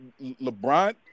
LeBron